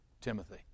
Timothy